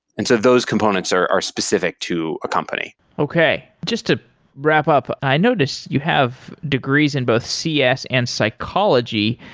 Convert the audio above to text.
and so those components are are specific to a company okay just to wrap up. i noticed you have degrees in both cs and psychology.